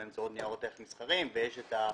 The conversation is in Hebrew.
הנקודה העיקרית מבחינתנו היא שכפי שכפיר ציין את הדברים,